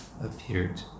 Appeared